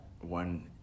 one